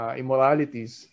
immoralities